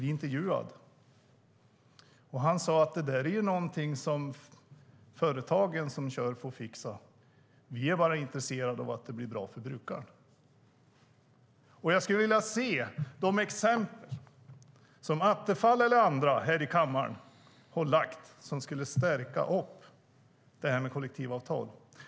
Han sade att det är något som de företag som kör får fixa. Vi är bara intresserade av att det blir bra för brukaren. Jag skulle vilja se de exempel som Attefall eller andra i kammaren har lagt fram för att stärka kollektivavtal.